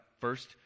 First